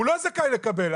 הוא לא זכאי לקבל.